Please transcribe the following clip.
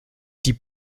die